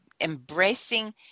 embracing